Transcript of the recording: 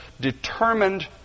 determined